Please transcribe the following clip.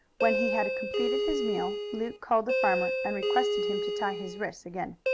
when he had completed his meal luke called the farmer and requested him to tie his wrists again.